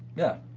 yeah.